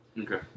Okay